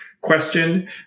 question